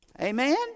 Amen